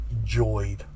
enjoyed